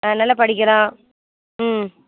ஆ நல்லா படிக்கிறான் ம்